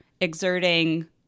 exerting